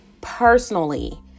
personally